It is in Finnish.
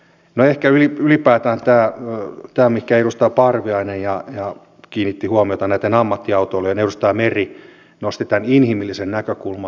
no ehkä ylipäätään tämä mihinkä edustaja parviainen kiinnitti huomiota nämä ammattiautoilijat ja edustaja meri nosti tämän inhimillisen näkökulman